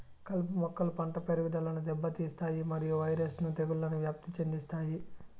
కలుపు మొక్కలు పంట పెరుగుదలను దెబ్బతీస్తాయి మరియు వైరస్ ను తెగుళ్లను వ్యాప్తి చెందిస్తాయి